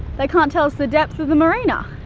they can't tell us the depth of the marina.